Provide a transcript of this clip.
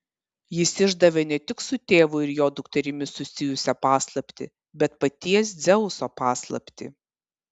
jis išdavė ne tik su tėvu ir jo dukterimi susijusią paslaptį bet paties dzeuso paslaptį